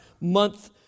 month